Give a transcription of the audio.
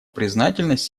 признательность